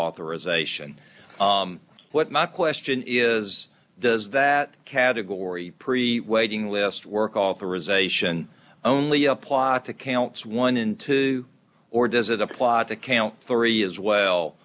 authorization what my question is does that category pre waiting list work authorization only applies to counts one in two or does it apply to count three as